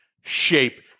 shape